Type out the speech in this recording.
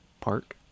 Park